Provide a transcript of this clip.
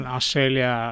Australia